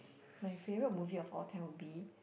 my favourite movie of all time would be